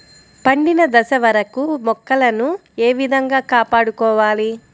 పండిన దశ వరకు మొక్కలను ఏ విధంగా కాపాడుకోవాలి?